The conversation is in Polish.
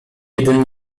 jeden